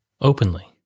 openly